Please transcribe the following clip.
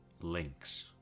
links